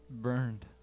burned